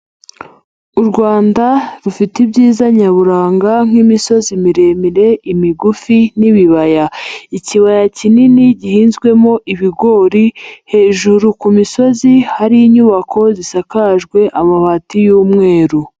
U Rwanda rufite ibyiza nyaburanga nk'imisozi miremire, imigufi n'ibibaya, ikibaya kinini gihinzwemo ibigori, hejuru ku misozi hari inyubako zisakajwe amabati y'umweru.